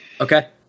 Okay